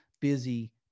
busy